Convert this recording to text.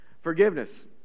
forgiveness